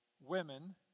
women